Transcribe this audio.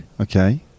Okay